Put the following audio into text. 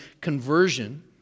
conversion